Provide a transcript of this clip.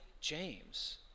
James